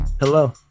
Hello